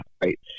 Right